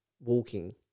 walking